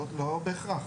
לא בהכרח.